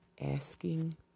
Asking